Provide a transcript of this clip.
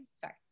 sorry